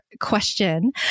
question